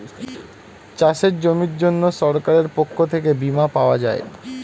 চাষের জমির জন্য সরকারের পক্ষ থেকে বীমা পাওয়া যায়